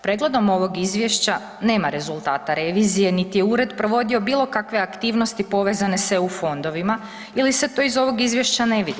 Pregledom ovog Izvješća nema rezultata revizije niti je Ured provodio bilo kakve aktivnosti povezano s EU fondovima ili se to iz ovog izvješća ne vidi.